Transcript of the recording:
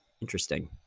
Interesting